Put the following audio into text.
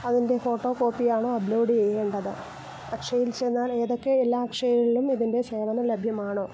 അതിൻ്റെ ഫോട്ടോകോപ്പിയാണോ അപ്ലോഡ് ചെയ്യേണ്ടത് അക്ഷയയിൽ ചെന്നാൽ ഏതൊക്കെ എല്ലാ അക്ഷയകളിലും ഇതിൻ്റെ സേവനം ലഭ്യമാണോ